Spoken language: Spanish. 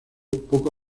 poco